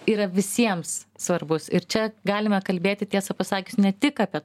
yra visiems svarbus ir čia galime kalbėti tiesą pasakius ne tik apie